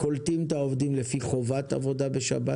קולטים את העובדים לפי חובת עבודה בשבת.